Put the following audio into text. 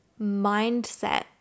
mindset